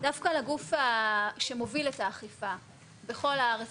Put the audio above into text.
דווקא לגוף שמוביל את האכיפה בכל הארץ,